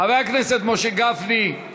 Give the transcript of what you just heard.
חבר הכנסת משה גפני.